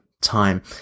time